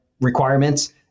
requirements